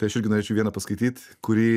tai aš irgi norėčiau vieną paskaityt kurį